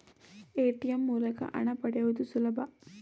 ATM ಮೂಲಕ ಹಣ ಪಡೆಯುವುದು ಸುಲಭ